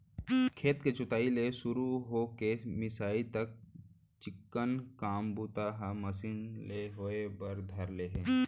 खेत के जोताई ले सुरू हो के मिंसाई तक चिक्कन काम बूता ह मसीन ले होय बर धर ले हे